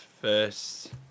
first